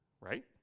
right